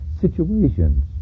situations